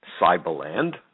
Cyberland